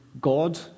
God